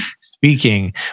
speaking